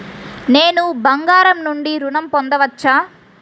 నేను బంగారం నుండి ఋణం పొందవచ్చా?